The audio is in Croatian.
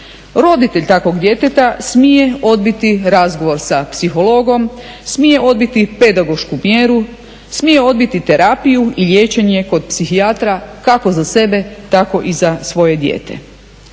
Roditelj takvog djeteta smije odbiti razgovor sa psihologom, smije odbiti pedagošku mjeru, smije odbiti terapiju i liječenje kod psihijatra kako za sebe tako i za svoje dijete.